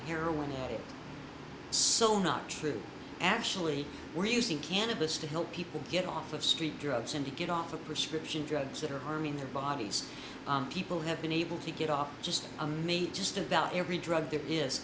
heroin addict so not true actually we're using cannabis to help people get off of street drugs and to get off the prescription drugs that are harming their bodies and people have been able to get off just a made just about every drug there is